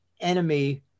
enemy